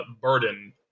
burden